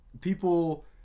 people